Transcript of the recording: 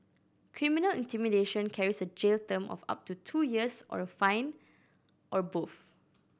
criminal intimidation carries a jail term of up to two years or a fine or both